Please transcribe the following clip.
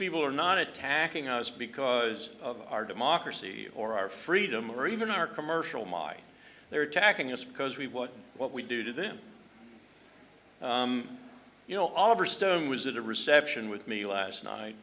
people are not attacking us because of our democracy or our freedom or even our commercial my they're attacking us because we want what we do to them you know all over stone was at a reception with me last night